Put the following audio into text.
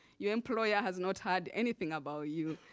your employer has not heard anything about you.